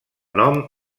nom